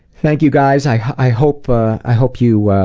thank you guys. i hope ah i hope you